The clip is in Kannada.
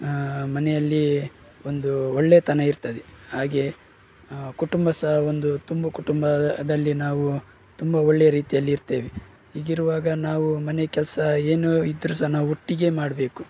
ಮನೆಯಲ್ಲಿ ಒಂದೂ ಒಳ್ಳೆಯತನ ಇರ್ತದೆ ಹಾಗೆಯೇ ಕುಟುಂಬ ಸಹಾ ಒಂದು ತುಂಬು ಕುಟುಂಬದಲ್ಲಿ ನಾವು ತುಂಬ ಒಳ್ಳೆ ರೀತಿಯಲ್ಲಿ ಇರ್ತೇವೆ ಹೀಗಿರುವಾಗ ನಾವು ಮನೆ ಕೆಲಸ ಏನು ಇದ್ದರು ಸಹಾ ನಾವು ಒಟ್ಟಿಗೆ ಮಾಡಬೇಕು